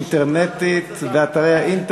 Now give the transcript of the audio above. זה אותו